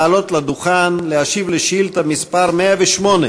לעלות לדוכן ולהשיב על שאילתה מס' 108,